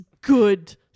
Good